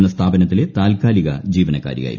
എന്ന സ്ഥാപനത്തിലെ താൽക്കാലിക ജീവനക്കാരിയായിരുന്നു